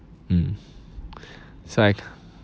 mm so I